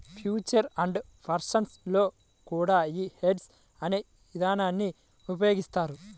future and options లో కూడా యీ హెడ్జ్ అనే ఇదానాన్ని ఉపయోగిత్తారు